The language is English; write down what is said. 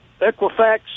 Equifax